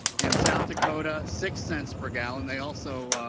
in south dakota six cents per gallon. they also